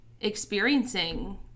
experiencing